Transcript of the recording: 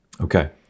Okay